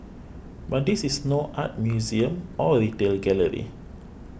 but this is no art museum or retail gallery